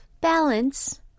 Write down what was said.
balance